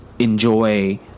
enjoy